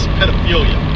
pedophilia